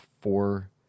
four